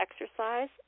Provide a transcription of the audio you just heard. exercise